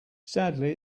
sadly